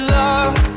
love